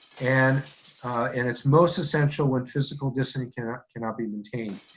and and it's most essential when physical distancing cannot cannot be maintained.